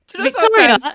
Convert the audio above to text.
Victoria